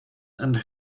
and